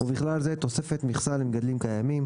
ובכלל זה תוספת מכסה למגדלים קיימים,